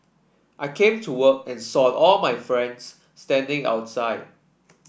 I came to work and saw all my friends standing outside